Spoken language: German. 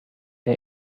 der